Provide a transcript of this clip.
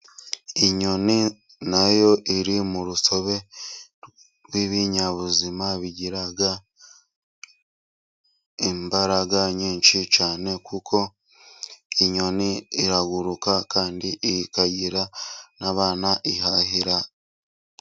Inyoni na yo iri mu rusobe rw'ibinyabuzima bigira imbaraga nyinshi cyane, kuko inyoni iraguruka kandi ikagira n'abana ihahira.